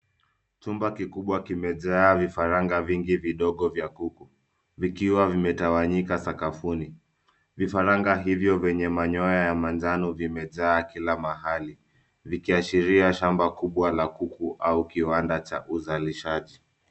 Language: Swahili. Chumba kikubwa kimejaa vifaranga vingi vidogo vya kuku, vikiwa vimetawanyika sakafuni. Vifaranga hivyo vyenye manyoya ya manjano vimejaa kila mahali vikiashiria shamba kubwa la kuku au kiwanda cha uzalishaji.